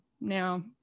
now